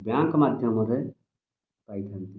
bank ମାଧ୍ୟମରେ ପାଇଥାନ୍ତି